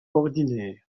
ordinaire